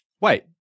Wait